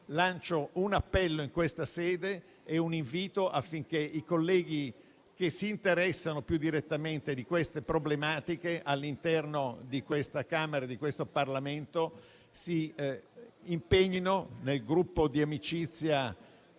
lancio un appello in questa sede e un invito, affinché i colleghi che si interessano più direttamente di tali problematiche all'interno di questa Camera e del Parlamento si impegnino nel gruppo "Amici